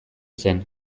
zen